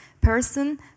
person